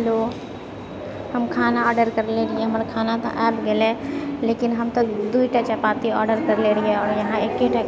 hello हम खाना order करले रहिऐ हमर खाना तऽ आबि गेलै लेकिन हम तऽ दुइटा चपाती ऑर्डर करले रहिऐ यहाँ एकेटा